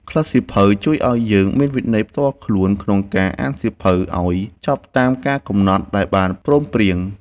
ក្លឹបសៀវភៅជួយឱ្យយើងមានវិន័យផ្ទាល់ខ្លួនក្នុងការអានសៀវភៅឱ្យចប់តាមកាលកំណត់ដែលបានព្រមព្រៀង។